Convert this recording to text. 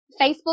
Facebook